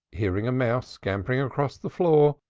hearing a mouse scampering across the floor,